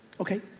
okay.